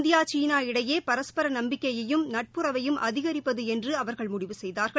India China இடையே பரஸ்பர நம்பிக்கையையும் நட்புறவையும் அதிகரிப்பது என்று அவர்கள் முடிவு செய்தார்கள்